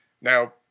Now